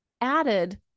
added